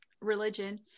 religion